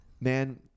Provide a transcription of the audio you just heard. man